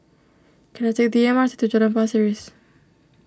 can I take the M R T to Jalan Pasir Ria